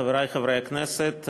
חברי חברי הכנסת,